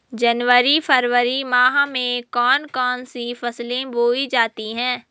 जनवरी फरवरी माह में कौन कौन सी फसलें बोई जाती हैं?